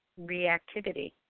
reactivity